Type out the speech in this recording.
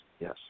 yes